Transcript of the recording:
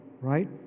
right